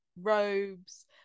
robes